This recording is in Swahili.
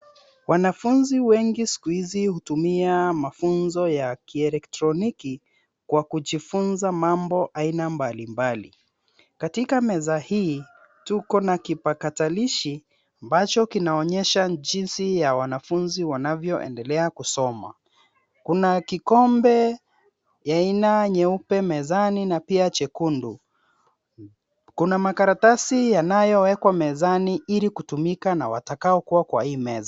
Wanafunzi wengi siku hizi hutumia mafunzo ya kielektroniki kwa kujifunza mambo aina mbalimbali. Katika meza hii tuko na kipakatalishi ambacho kinaonyesha jinsi ya wanafunzi wanavyoendelea kusoma. Kkuna kikombe ya aina nyeupe mezani na pia chekundu. Kuna makaratasi yanayowekwa mezani ili kutumika na watakaokuwa kwa hii meza.